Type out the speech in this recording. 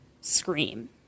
Scream